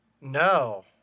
No